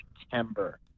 September